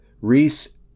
Reese